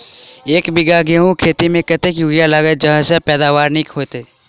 एक बीघा गेंहूँ खेती मे कतेक यूरिया लागतै जयसँ पैदावार नीक हेतइ?